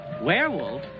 Werewolf